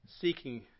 Seeking